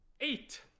eight